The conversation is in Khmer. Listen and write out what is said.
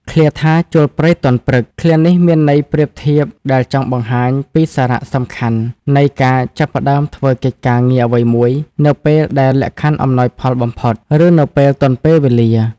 ឃ្លាថា ចូលព្រៃទាន់ព្រឹក ឃ្លានេះមានន័យប្រៀបធៀបដែលចង់បង្ហាញពី សារៈសំខាន់នៃការចាប់ផ្ដើមធ្វើកិច្ចការងារអ្វីមួយនៅពេលដែលលក្ខខណ្ឌអំណោយផលបំផុត ឬនៅពេលទាន់ពេលវេលា ។